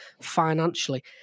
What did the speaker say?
financially